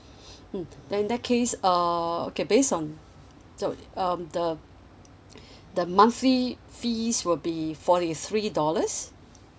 mm then in that case uh okay based on sorry um the the monthly fees will be forty three dollars